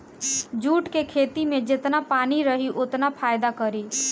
jute के खेती में जेतना पानी रही ओतने फायदा करी